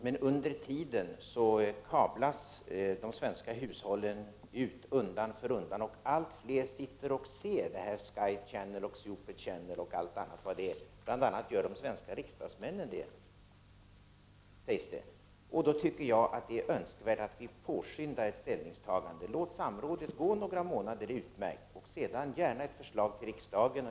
Men under tiden får de svenska hushållen undan för undan kabel-TV och allt fler sitter och ser Sky Channel, Super Channel och allt vad det är. Bl.a. gör de svenska riksdagsmännen det, sägs det. Då tycker jag att det är önskvärt att vi påskyndar ställningstagandet. Låt samrådet pågå några månader — det är utmärkt. Lägg sedan gärna ett förslag i riksdagen.